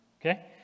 Okay